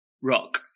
rock